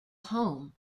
home